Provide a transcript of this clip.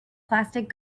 plastic